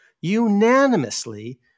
unanimously